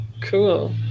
Cool